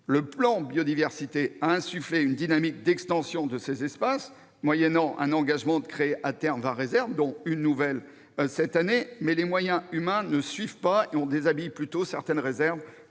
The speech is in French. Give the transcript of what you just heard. Le plan Biodiversité a insufflé une dynamique d'extension de ces espaces, moyennant un engagement de créer à terme vingt réserves, dont une nouvelle cette année. Toutefois, les moyens humains ne suivent pas : on déshabille plutôt certaines réserves